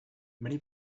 many